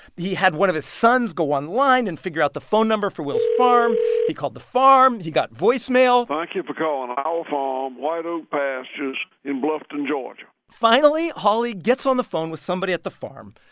he had one of his sons go online and figure out the phone number for will's farm he called the farm. he got voicemail thank you for calling our farm, white oak pastures in bluffton, ga finally, hawley gets on the phone with somebody at the farm,